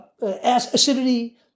acidity